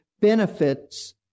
benefits